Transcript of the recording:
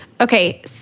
Okay